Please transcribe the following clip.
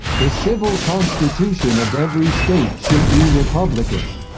the civil constitution of every state should be republican